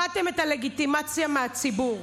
איבדתם את הלגיטימציה מהציבור.